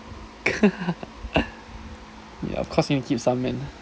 ya of course you need keep some man